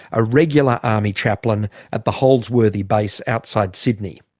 a regular army chaplain at the holsworthy base outside sydney.